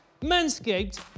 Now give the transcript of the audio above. Manscaped